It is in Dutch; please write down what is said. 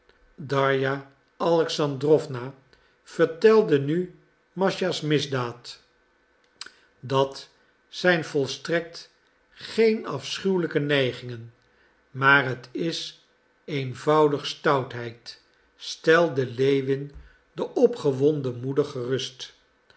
darja alexandrowna vertelde nu mascha's misdaad dat zijn volstrekt geen afschuwelijke neigingen maar t is eenvoudig stoutheid stelde lewin de opgewonden moeder gerust